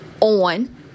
on